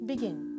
Begin